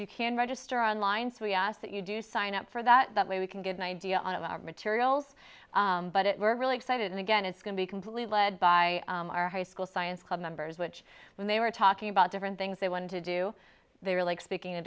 you can register on line so we ask that you do sign up for that that way we can get an idea of our materials but it we're really excited and again it's going to be completely led by our high school science club members which when they were talking about different things they wanted to do they're like speaking